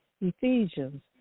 Ephesians